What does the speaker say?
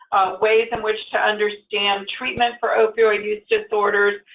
ways in which to understand treatment for opioid use disorders,